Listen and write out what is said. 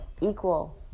equal